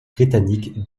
britannique